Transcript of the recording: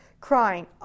crying